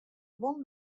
guon